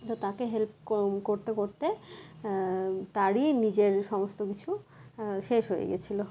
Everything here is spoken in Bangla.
তো তাকে হেল্প করতে করতে তারই নিজের সমস্ত কিছু শেষ হয়ে গেছিলো